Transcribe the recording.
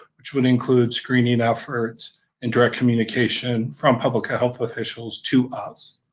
which would include screening efforts and direct communication from public ah health officials to us.